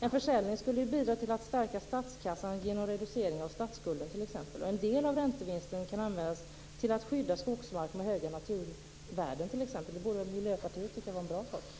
En försäljning skulle bidra till att stärka statskassan genom reducering av statsskulden t.ex. En del av räntevinsten kan användas till att skydda skogsmark med höga naturvärden. Det borde Miljöpartiet tycka var en bra sak.